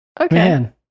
Okay